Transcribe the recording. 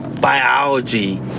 biology